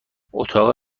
اتاق